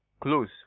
close